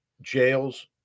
jails